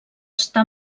està